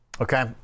Okay